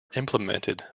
implemented